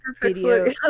video